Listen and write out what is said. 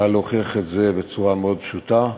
קל להוכיח את זה בצורה מאוד פשוטה: